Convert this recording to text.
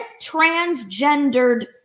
transgendered